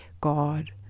God